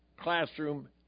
classroom